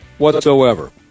Whatsoever